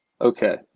okay